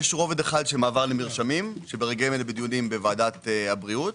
יש רובד אחד של מעבר למרשמים שברגעים אלה בדיונים בוועדת הבריאות,